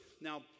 Now